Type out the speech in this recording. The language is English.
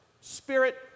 Spirit